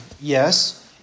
Yes